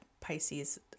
Pisces